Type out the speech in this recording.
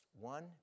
one